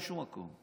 בשום מקום,